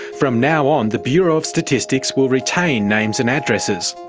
from now on the bureau of statistics will retain names and addresses.